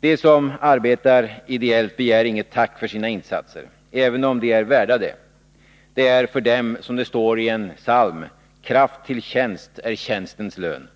De som arbetar ideellt begär inget tack för sina insatser — även om de är värda det. Det är för dem som det står i en psalm: ”Kraft till tjänst är tjänstens lön.”